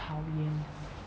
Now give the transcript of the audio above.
讨厌